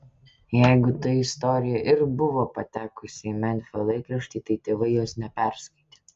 jeigu ta istorija ir buvo patekusi į memfio laikraštį tai tėvai jos neperskaitė